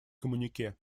коммюнике